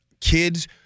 kids